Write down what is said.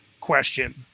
question